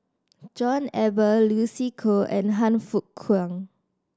John Eber Lucy Koh and Han Fook Kwang